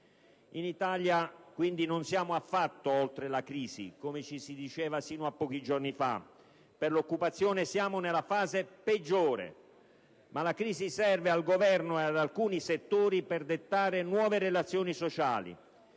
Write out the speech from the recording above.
In Italia, quindi, non siamo affatto oltre la crisi, come ci si diceva sino a pochi giorni fa. Per l'occupazione siamo nella fase peggiore. Ma la crisi serve al Governo e ad alcuni settori per dettare nuove relazioni sociali.